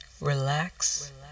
relax